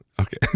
okay